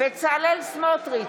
בצלאל סמוטריץ'